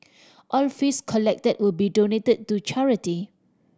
all fees collected will be donated to charity